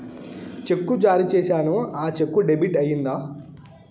చెక్కు జారీ సేసాను, ఆ చెక్కు డెబిట్ అయిందా